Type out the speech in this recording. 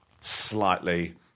slightly